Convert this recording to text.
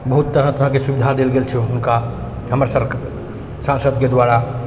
बहुत तरह तरहके सुविधा देल गेल छै हुनका हमर सांसदके द्वारा